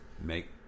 Make